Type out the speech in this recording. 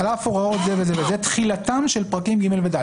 על אף הוראות זה וזה וזה תחילתן של פרקים ג' ו-ד',